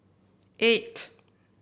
eight